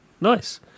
nice